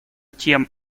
тем